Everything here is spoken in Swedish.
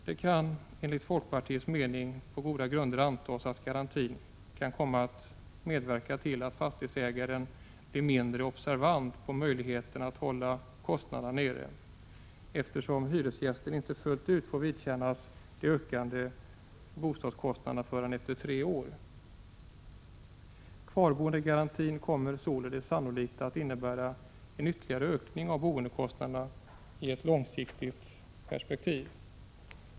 Det kan enligt folkpartiets mening på goda grunder antas att garantin kan komma att medverka till att fastighetsägaren blir mindre observant på möjligheterna att hålla kostnaderna nere, eftersom hyresgästen inte fullt ut får vidkännas de ökade boendekostnaderna förrän efter tre år. Kvarboendegarantin kommer således sannolikt att innebära en ytterligare ökning av boendekostnaderna i ett långsiktigt perspektiv.